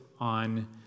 on